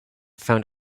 found